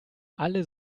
alle